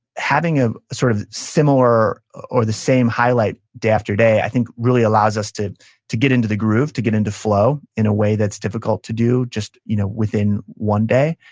having a sort of similar or the same highlight day after day, i think really allows us to to get into the groove, to get into flow in a way that's difficult to do just you know within one day.